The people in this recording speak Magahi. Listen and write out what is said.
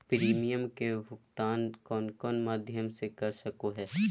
प्रिमियम के भुक्तान कौन कौन माध्यम से कर सको है?